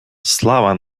слава